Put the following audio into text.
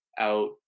out